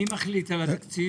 מי מחליט על התקציב?